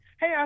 Hey